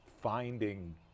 finding